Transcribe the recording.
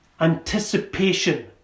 anticipation